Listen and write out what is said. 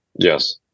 Yes